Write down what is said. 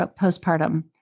postpartum